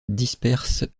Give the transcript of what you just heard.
disperse